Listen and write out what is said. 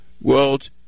World